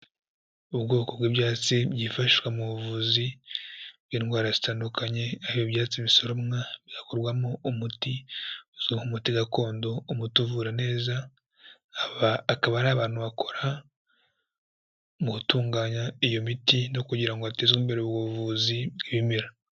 Ubwoko bw'ibyatsi byifashishwa mu buvuzi bw'indwara zitandukanye aho ibyo byatsi bisoromwa bigakorwamo umuti, umuti gakondo, umuti uvura neza, aba akaba ari abantu bakora mu gutunganya iyo miti no kugira ngo hatezwe imbere ubuvuzi bwemera.